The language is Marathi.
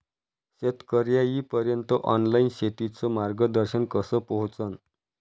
शेतकर्याइपर्यंत ऑनलाईन शेतीचं मार्गदर्शन कस पोहोचन?